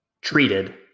treated